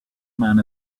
man